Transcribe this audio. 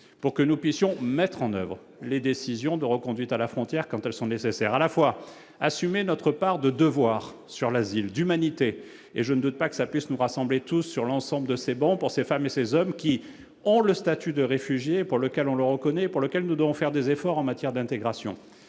pour que nous puissions mettre en oeuvre les décisions de reconduite à la frontière, quand elles sont nécessaires à la fois assumer notre part de devoir sur l'asile, d'humanité et je ne doute pas que ça puisse nous rassembler tous sur l'ensemble de ces bons pour ces femmes et ces hommes qui ont le statut de réfugié pour lequel on le reconnaît, pour lequel nous devons faire des efforts en matière d'intégration,